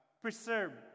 Preserve